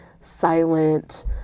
silent